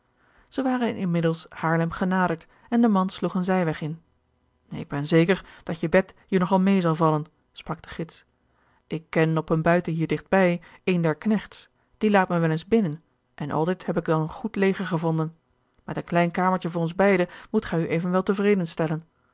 zij waren inmiddels haarlem genaderd en de man sloeg een zijweg in ik ben zeker dat je bed je nog al meê zal vallen sprak de gids ik ken op een buiten hier digt bij een der knechts die laat mij wel eens binnen en altijd heb ik dan een goed leger gevonden met een klein kamertje voor ons beide moet gij u evenwel tevreden stellen